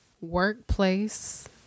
workplace